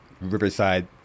Riverside